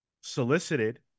solicited